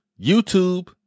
YouTube